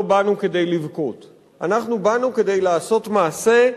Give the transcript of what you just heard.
באנו כדי לבכות; אנחנו באנו כדי לעשות מעשה,